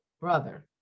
Brother